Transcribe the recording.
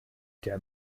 der